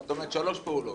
זאת אומרת שלוש פעולות,